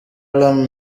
alarm